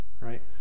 Right